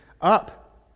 Up